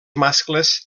mascles